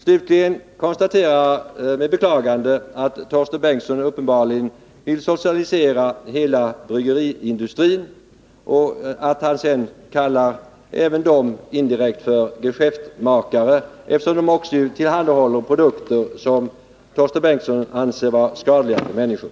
Slutligen konstaterar jag med beklagande att Torsten Bengtson uppenbarligen vill socialisera hela bryggeriindustrin och att han indirekt kallar dess företrädare för geschäftmakare, eftersom de tillhandahåller produkter, som Torsten Bengtson anser vara skadliga för människor.